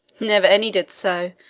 never any did so,